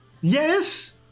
Yes